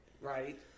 right